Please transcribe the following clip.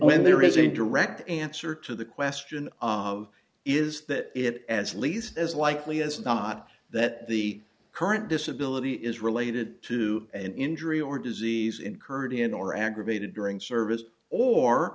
when there is a direct answer to the question of is that it as least as likely as not that the current disability is related to an injury or disease incurred in or aggravated during services or